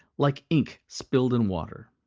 like ink spilled in water.